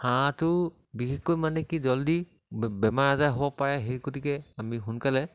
হাঁহটো বিশেষকৈ মানে কি জলদি বেমাৰ আজাৰ হ'ব পাৰে সেই গতিকে আমি সোনকালে